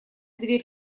дверь